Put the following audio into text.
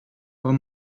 bon